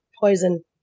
poison